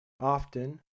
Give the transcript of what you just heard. Often